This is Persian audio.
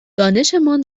دانشمان